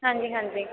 ਹਾਂਜੀ ਹਾਂਜੀ